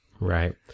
Right